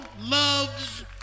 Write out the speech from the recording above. loves